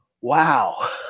wow